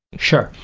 sure.